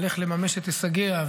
אם היא תימשך אל תוך 2025 או